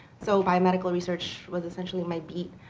so biomedical research was essentially my beat.